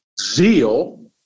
Zeal